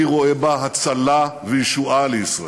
אני רואה בה הצלה וישועה לישראל.